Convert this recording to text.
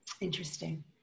Interesting